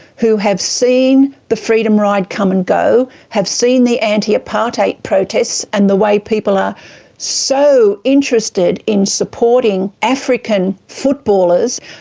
who have seen the freedom ride come and go, have seen the anti-apartheid protests and the way people are so interested in supporting african footballers,